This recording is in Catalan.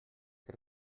que